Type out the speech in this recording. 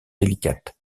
délicates